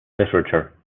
literature